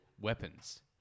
weapons